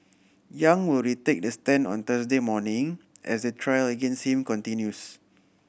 Yang will retake the stand on Thursday morning as the trial against him continues